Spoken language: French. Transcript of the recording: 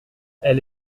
elle